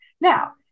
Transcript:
Now